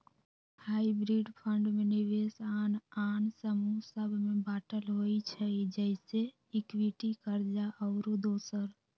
hybrid fund में निवेश आन आन समूह सभ में बाटल होइ छइ जइसे इक्विटी, कर्जा आउरो दोसर